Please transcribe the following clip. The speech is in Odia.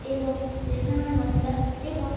ଏବଂ ସେହି ସମୟରେ ମସଲା ଏବଂ